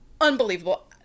Unbelievable